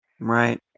Right